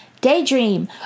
Daydream